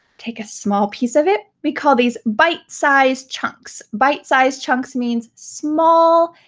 take a small piece of it. we call these bite sized chunks. bite sized chunks means small,